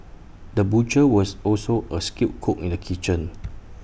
the butcher was also A skilled cook in the kitchen